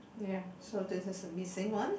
ya so this is a missing one